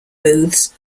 booths